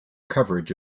coverage